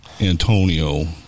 Antonio